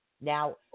Now